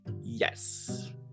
Yes